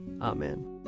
Amen